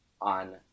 on